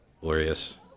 glorious